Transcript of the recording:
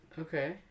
Okay